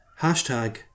hashtag